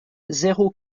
zéro